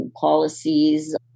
Policies